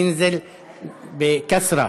אנזיל בכסרה.